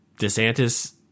DeSantis